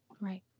Right